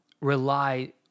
rely